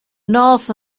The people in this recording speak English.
north